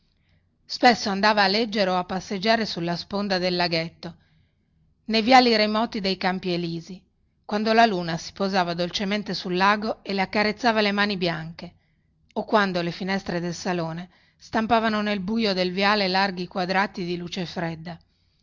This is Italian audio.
spesso andava a leggere o a passeggiare sulla sponda del laghetto nei viali remoti dei campi elisi quando la luna si posava dolcemente sul lago e le accarezzava le mani bianche o quando le finestre del salone stampavano nel buio del viale larghi quadrati di luce fredda